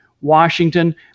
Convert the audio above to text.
Washington